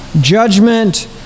judgment